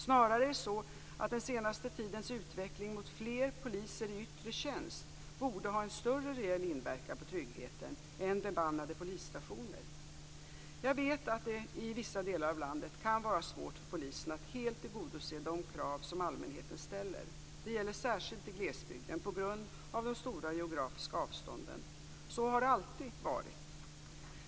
Snarare är det så, att den senaste tidens utveckling mot fler poliser i yttre tjänst borde ha en större reell inverkan på tryggheten än bemannade polisstationer. Jag vet att det i vissa delar av landet kan vara svårt för polisen att helt tillgodose de krav som allmänheten ställer. Det gäller särskilt i glesbygden på grund av de stora geografiska avstånden. Så har det alltid varit.